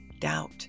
doubt